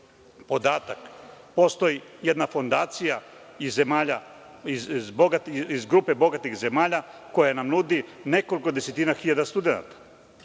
podatak, postoji jedna fondacija iz grupe bogatih zemalja koja nam nudi nekoliko desetina hiljada studenata